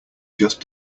just